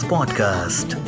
Podcast